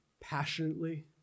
passionately